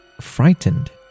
frightened